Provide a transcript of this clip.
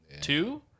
Two